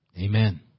Amen